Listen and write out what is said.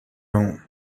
اون